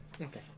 Okay